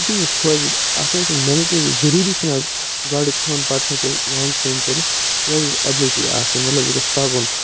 یہِ تٔمِس خۄش گَژھ اَتھ نَہ حظ چھُ مٮ۪نڈٹری ضُروٗری چھُنَہ حظ گۄڈٕ کھیوٚن پتہٕ ہٮ۪کو لانٛگ سُیِم کٔرِتھ اٮ۪بلِٹی آسٕنۍ مطلب یہِ گوش تَگُن